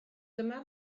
dyma